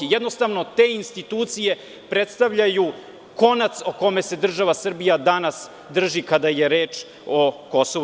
Jednostavno, te institucije predstavljaju konac o kome se država Srbija danas drži kada je reč o KiM.